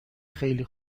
خیلی